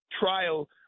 trial